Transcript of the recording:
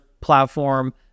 platform